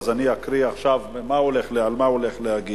אז אני אקריא עכשיו על מה הוא הולך לדבר.